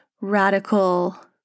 radical